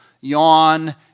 Yawn